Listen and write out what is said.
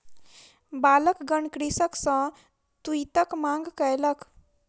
बालकगण कृषक सॅ तूईतक मांग कयलक